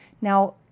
Now